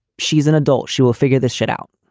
she's an adult, she will figure this shit out.